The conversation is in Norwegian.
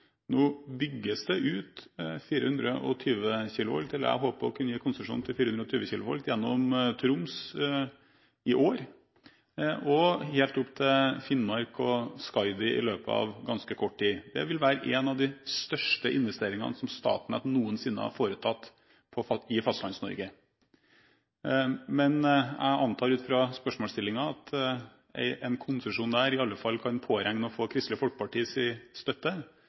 bygges i år ut 420 kV – jeg håper på å kunne gi konsesjon til 420 kV – gjennom Troms og helt opp til Finnmark og Skaidi i løpet av ganske kort tid. Det vil være en av de største investeringene som Statnett noensinne har foretatt i Fastlands-Norge. Men jeg antar, ut fra spørsmålsstillingen, at en konsesjon der i alle fall kan påregne å få Kristelig Folkepartis støtte,